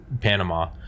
panama